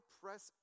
press